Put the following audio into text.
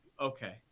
okay